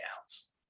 outs